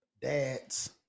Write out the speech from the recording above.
dads